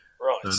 Right